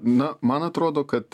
na man atrodo kad